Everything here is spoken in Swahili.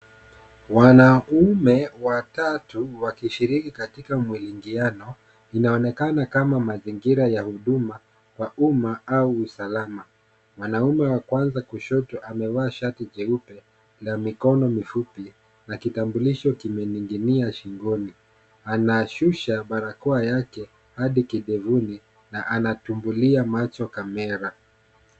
Wanaume watatu wakishiriki katika mwilingiano .Inaonekana kama mazingira ya huduma kwa umma au usalama. Wanaume wa kwanza kushoto amevaa shati jeupe, na mikono mifupi, na kitambulisho kimening'inia shingoni. Ana shusha barakoa yake hadi kidevuni na anatumbulia macho kamera.